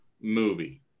movie